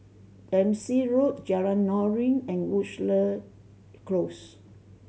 Dempsey Road Jalan Noordin and Woodleigh Close